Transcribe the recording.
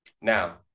Now